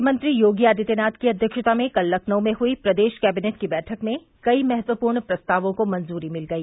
मुख्यमंत्री योगी आदित्यनाथ की अध्यक्षता में कल लखनऊ में हुई प्रदेश कैंबिनेट की बैठक में कई महत्वपूर्ण प्रस्तावों को मंजूरी मिल गई